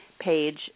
page